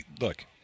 look